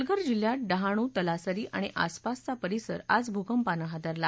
पालघर जिल्ह्यात डहाणू तलासरी आणि आसपासचा परिसर आज भूकंपाने हादरला